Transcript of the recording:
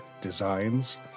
designs